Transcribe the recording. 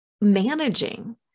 managing